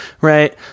Right